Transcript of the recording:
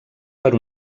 per